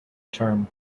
term